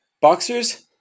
Boxers